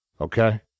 okay